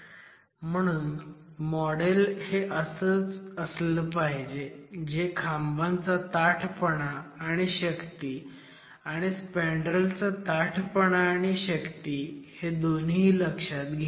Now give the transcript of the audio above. म्हणून मॉडेल हे असंच असलं पाहिजे जे खांबांचा ताठपणा आणि शक्ती आणि स्पॅन्डरेलचा ताठपणा आणि शक्ती हे दोन्हीही लक्षात घेईल